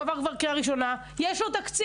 זה עבר כבר קריאה ראשונה, ואפילו יש לו תקציב.